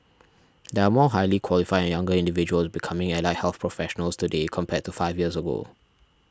there are more highly qualified and younger individuals becoming allied health professionals today compared to five years ago